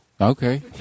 Okay